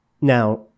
Now